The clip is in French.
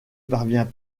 parvient